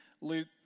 Luke